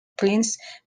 prince